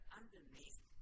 underneath